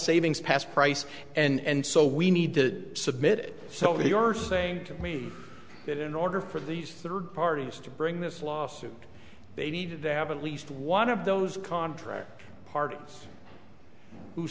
savings pass price and so we need to submit it so they are saying to me that in order for these third parties to bring this lawsuit they need to have at least one of those contract parties who